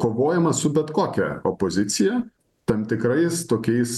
kovojama su bet kokia opozicija tam tikrais tokiais